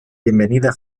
bienvenida